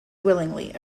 willingly